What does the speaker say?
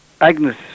agnes